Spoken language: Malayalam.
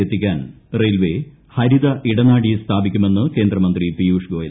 എത്തിക്കാൻ റെയിൽപ്പ് ഹരിത ഇടനാഴി സ്ഥാപിക്കുമെന്ന് ക്ലേന്ദ്രമന്ത്രി പീയുഷ് ഗോയൽ